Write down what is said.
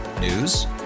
News